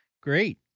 great